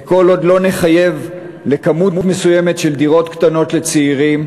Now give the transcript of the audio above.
וכל עוד לא נחייב לבנות כמות מסוימת של דירות קטנות לצעירים,